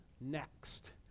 next